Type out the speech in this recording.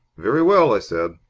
very well, i said.